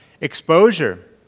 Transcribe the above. Exposure